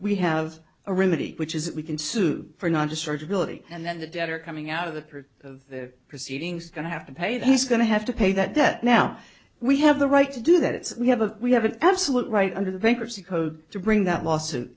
we have a remedy which is that we can sue for not discharge ability and then the debtor coming out of the proceedings going to have to pay that he's going to have to pay that debt now we have the right to do that so we have a we have an absolute right under the bankruptcy code to bring that lawsuit